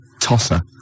tosser